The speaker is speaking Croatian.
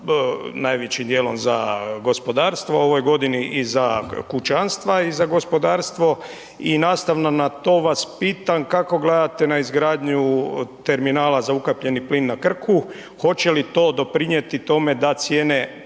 najvećim dijelom za gospodarstvo u ovoj godini i za kućanstva i za gospodarstvo i nastavno na to vas pitam kako gledate na izgradnju terminala za ukapljeni plin na Krku, hoće li to doprinijeti tome da cijene